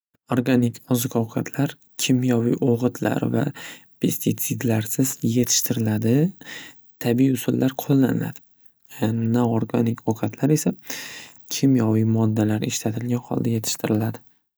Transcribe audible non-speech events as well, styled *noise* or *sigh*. Organik oziq ovqatlar kimyoviy o'g'itlar va *unintelligible* yetishtiriladi tabiiy usullar qo'llaniladi. *noise* Noorganik ovqatlar esa *noise* kimyoviy moddalar ishlatilgan holda yetishtiriladi.